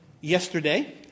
yesterday